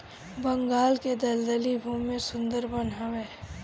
बंगाल ले दलदली भूमि में सुंदर वन हवे